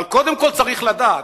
אבל קודם כול צריך לדעת,